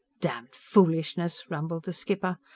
damned foolishness! rumbled the skipper.